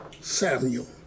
Samuel